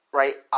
right